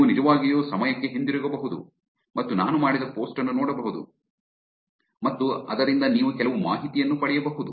ನೀವು ನಿಜವಾಗಿಯೂ ಸಮಯಕ್ಕೆ ಹಿಂತಿರುಗಬಹುದು ಮತ್ತು ನಾನು ಮಾಡಿದ ಪೋಸ್ಟ್ ಅನ್ನು ನೋಡಬಹುದು ಮತ್ತು ಅದರಿಂದ ನೀವು ಕೆಲವು ಮಾಹಿತಿಯನ್ನು ಪಡೆಯಬಹುದು